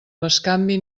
bescanvi